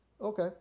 Okay